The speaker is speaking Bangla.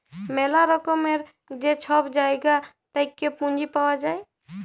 ম্যালা রকমের যে ছব জায়গা থ্যাইকে পুঁজি পাউয়া যায়